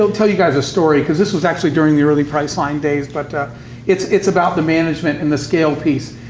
tell you guys a story, because this was actually during the early priceline days, but it's it's about the management and the scale piece.